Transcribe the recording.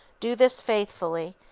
do this faithfully,